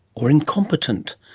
or incompetent?